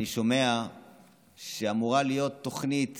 אני שומע שאמורה להיות תוכנית